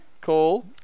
call